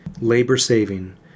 labor-saving